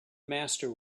master